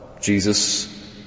Jesus